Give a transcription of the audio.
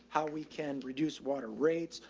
how we can reduce water rates,